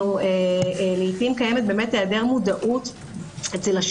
סדר-היום: הצעה לדיון מהיר של שלוש חברות